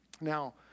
Now